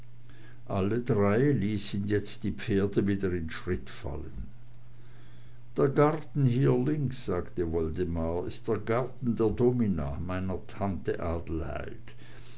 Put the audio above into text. alle drei ließen jetzt die pferde wieder in schritt fallen der garten hier links sagte woldemar ist der garten der domina meiner tante